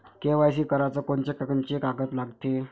KYC कराच कोनचे कोनचे कागद लागते?